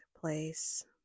place